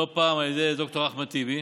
לא פעם על ידי ד"ר אחמד טיבי.